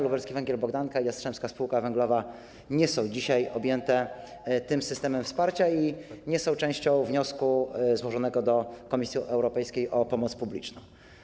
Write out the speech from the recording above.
Lubelski Węgiel Bogdanka i Jastrzębska Spółka Węglowa nie są dzisiaj objęte tym systemem wsparcia i nie są częścią wniosku złożonego do Komisji Europejskiej o pomoc publiczną.